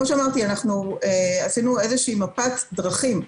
עשינו מפת דרכים,